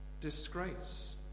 disgrace